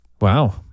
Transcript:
Wow